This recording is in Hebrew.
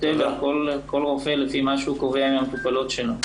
כל רופא לפי מה שהוא קובע עם המטופלות שלו.